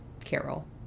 Carol